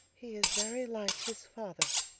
he is very like his father.